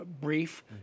brief